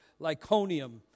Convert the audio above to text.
Lyconium